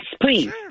please